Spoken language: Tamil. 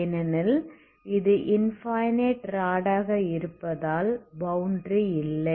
ஏனெனில் இது இன்ஃபனைட் ராட் ஆக இருப்பதால் பௌண்டரி இல்லை